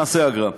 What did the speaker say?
נעשה אגרה.